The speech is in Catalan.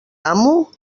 amo